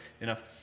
enough